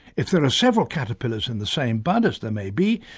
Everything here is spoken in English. if there are several caterpillars in the same bud, as there may be,